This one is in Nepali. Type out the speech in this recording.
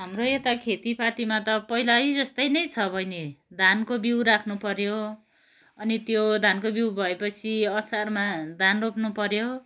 हाम्रो यता खेतीपातीमा त पहिल्यै जस्तै नै छ बहिनी धानको बिउ राख्नुपऱ्यो अनि त्यो धानको बिउ भएपछि असारमा धान रोप्नुपऱ्यो